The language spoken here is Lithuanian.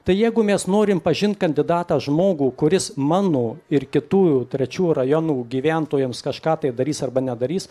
tai jeigu mes norim pažint kandidatą žmogų kuris mano ir kitų jau trečių rajonų gyventojams kažką tai darys arba nedarys